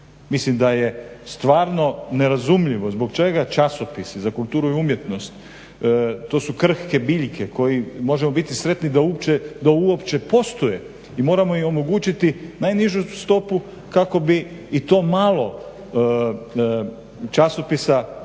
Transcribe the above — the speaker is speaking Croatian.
Mislim da je stvarno nerazumljivo zbog čega časopisi za kulturu i umjetnost, to su krhke biljke, možemo biti sretni da uopće postoje i moramo im omogućiti najnižu stopu kako bi i to malo časopisa ostalo